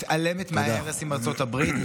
מתעלמת מההרס עם ארצות הברית,